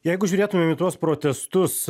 jeigu žiūrėtumėm į tuos protestus